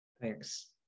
thanks